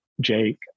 Jake